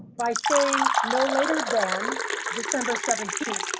by saying no later than december seventeenth,